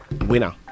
winner